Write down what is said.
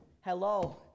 hello